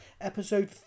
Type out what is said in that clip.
episode